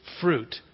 fruit